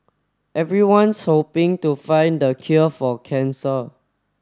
everyone's hoping to find the cure for cancer